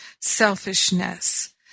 selfishness